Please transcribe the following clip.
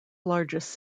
largest